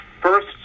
first